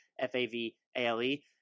F-A-V-A-L-E